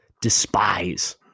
despise